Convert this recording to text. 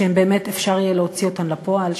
שבאמת אפשר יהיה להוציא אותן לפועל,